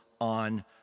on